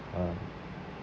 uh